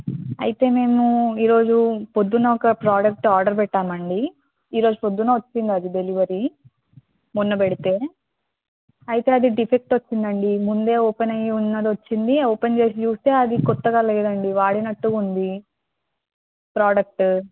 అయితే మేము ఈరోజు పొద్దున్న ఒక ప్రాడక్ట్ ఆర్డర్ పెట్టాం అండి ఈరోజు ప్రొద్దున్న వచ్చింది అది డెలివరీ మొన్నపెడితే అయితే అది డిఫెక్ట్ వచ్చింది అండి ముందే ఓపెన్ అయ్యి ఉన్నది వచ్చింది ఓపెన్ చేసి చూస్తే అది కొత్తగా లేదండి వాడినట్టుగా ఉంది ప్రాడక్ట్